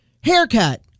Haircut